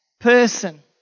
person